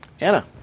anna